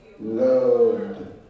loved